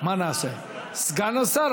סגן השר,